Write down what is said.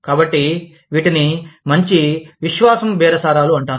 కాబట్టి వీటిని మంచి విశ్వాసం బేరసారాలు అంటారు